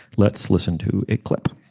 let's listen to a clip